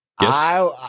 Yes